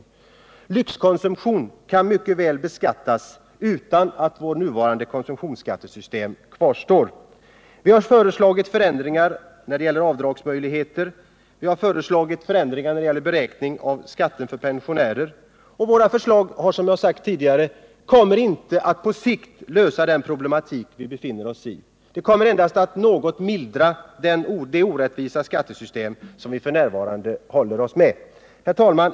Men lyxkonsumtion kan mycket väl beskattas utan att vårt nuvarande konsumtionsskattesystem kvarstår. Vi har föreslagit förändringar när det gäller avdragsmöjligheter, vi har föreslagit förändringar när det gäller beräkningar av skatten för pensionärer. Våra förslag kommer inte — som jag har sagt tidigare — att på sikt lösa de problem vi har. De kommer endast, om de genomförs, att mildra orättvisorna i det skattesystem som vi f. n. håller oss med. Herr talman!